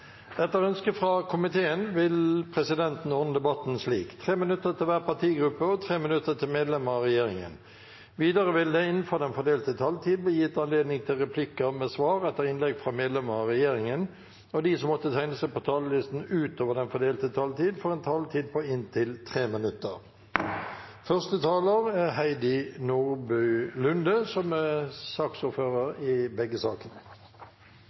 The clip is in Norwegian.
Etter ønske fra finanskomiteen vil presidenten ordne debatten slik: 5 minutter til hver partigruppe og 5 minutter til medlemmer av regjeringen. Videre vil det – innenfor den fordelte taletid – bli gitt anledning til replikker med svar etter innlegg fra medlemmer av regjeringen, og de som måtte tegne seg på talerlisten utover den fordelte taletid, får en taletid på inntil 3 minutter. Jeg beklager at stemmen er litt dårlig i dag. Det er kanskje noen som